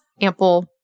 ample